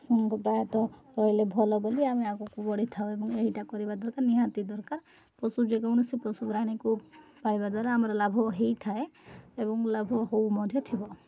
ସେମିତି ପ୍ରାୟତଃ ରହିଲେ ଭଲ ବୋଲି ଆମେ ଆଗକୁ ବଢ଼ିଥାଉ ଏବଂ ଏଇଟା କରିବା ଦରକାର ନିହାତି ଦରକାର ପଶୁ ଯେକୌଣସି ପଶୁ ପ୍ରାଣୀକୁ ପାଳିବା ଦ୍ୱାରା ଆମର ଲାଭ ହେଇଥାଏ ଏବଂ ଲାଭ ହଉ ମଧ୍ୟ ଥିବ